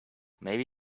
maybe